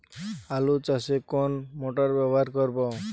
আলু চাষে কোন মোটর ব্যবহার করব?